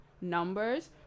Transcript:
numbers